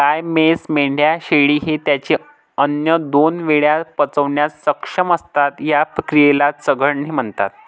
गाय, म्हैस, मेंढ्या, शेळी हे त्यांचे अन्न दोन वेळा पचवण्यास सक्षम असतात, या क्रियेला चघळणे म्हणतात